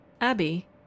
Abby